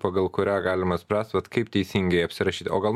pagal kurią galima spręst vat kaip teisingai apsirašyt o gal